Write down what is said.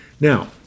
Now